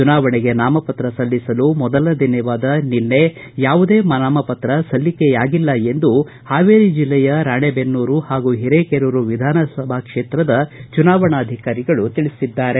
ಚುನಾವಣೆಗೆ ನಾಮಪತ್ರ ಸಲ್ಲಿಸಲು ಮೊದಲನೆಯ ದಿನವಾದ ನಿನ್ನೆ ಯಾವುದೇ ನಾಮಪತ್ರ ಸಲ್ಲಿಕೆ ಆಗಿಲ್ಲ ಎಂದು ಪಾವೇರಿ ಜಿಲ್ಲೆಯ ರಾಣಿಬೆನ್ನೂರು ಹಾಗೂ ಹಿರೇಕೆರೂರು ವಿಧಾನಸಭಾ ಕ್ಷೇತ್ರದ ಚುನಾವಣಾಧಿಕಾರಿ ತಿಳಿಸಿದ್ದಾರೆ